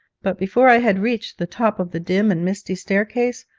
but before i had reached the top of the dim and misty staircase,